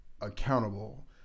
accountable